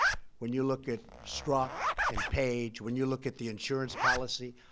when you look at strzok and page, when you look at the insurance policy.